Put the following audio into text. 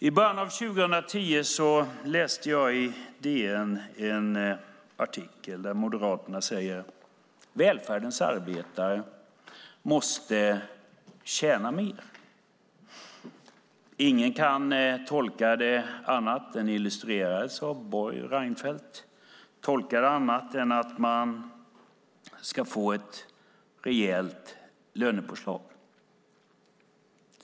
I början av 2010 läste jag en artikel i Dagens Nyheter där Moderaterna säger: Välfärdens arbetare måste tjäna mer. Ingen kan tolka det på annat sätt - det illustrerades av Borg och Reinfeldt - än att man ska få ett rejält lönepåslag.